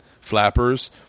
Flappers